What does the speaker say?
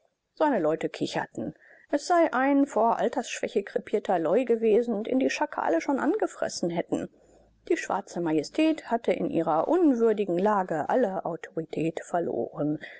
seine leute kicherten es sei ein vor altersschwäche krepierter leu gewesen den die schakale schon angefressen hätten die schwarze majestät hatte in ihrer unwürdigen lage alle autorität verloren